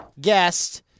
guest